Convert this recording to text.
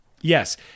Yes